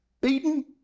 beaten